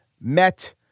met